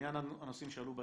לעניין הנושאים שעלו בדיון.